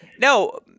No